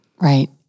Right